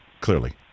clearly